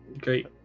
Great